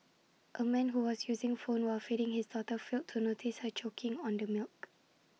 A man who was using phone while feeding his daughter failed to notice her choking on the milk